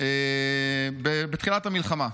בתחילת המלחמה.